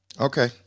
okay